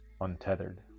untethered